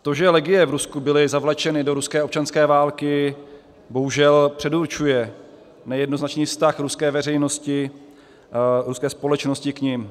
To, že legie v Rusku byly zavlečeny do ruské občanské války, bohužel předurčuje nejednoznačný vztah ruské veřejnosti, ruské společnosti k nim.